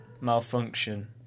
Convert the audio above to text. Malfunction